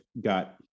got